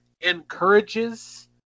encourages